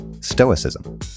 Stoicism